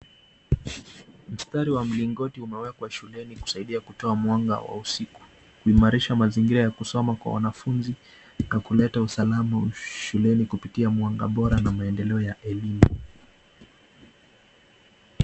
Mstaari wa mlingoti umewekwa shuleni kusaidia kutoa mwanga wa usiku. Huimarisha mazingira ya kusoma kwa wanafunzi katika kuleta usalama shuleni kupitia mwanga bora na maendeleo ya elimu.